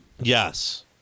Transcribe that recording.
Yes